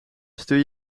stuur